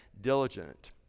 diligent